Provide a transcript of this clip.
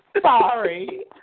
Sorry